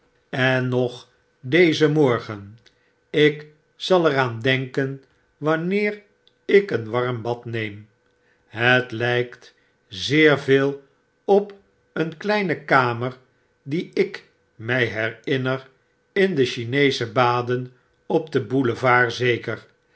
en nog dezen morgen ik zal er aan denken wanneer ik een warm bad neem het lykt zeer veel op een kleine kamer die ik my herinner in de chineesche baden op den boulevard zeker